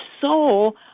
soul